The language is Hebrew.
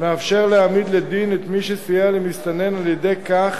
מאפשר להעמיד לדין את מי שסייע למסתנן על-ידי כך